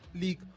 League